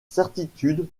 certitude